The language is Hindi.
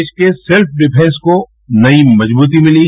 देश के सैल्फ डिफेंस को नई मजबूती मिली